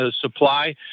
supply